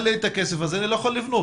אין לי את הכסף הזה, אני לא יכול לבנות.